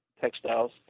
textiles